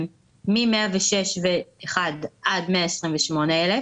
2מ-106,001 עד 128,000